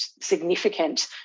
significant